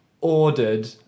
ordered